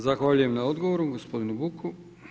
Zahvaljujem na odgovoru gospodinu Buku.